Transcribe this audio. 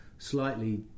slightly